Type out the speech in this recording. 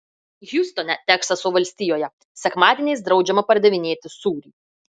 hjustone teksaso valstijoje sekmadieniais draudžiama pardavinėti sūrį